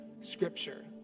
Scripture